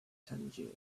tangier